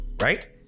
right